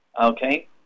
okay